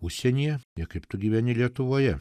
užsienyje ir kaip tu gyveni lietuvoje